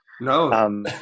No